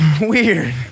Weird